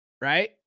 right